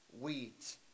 wheat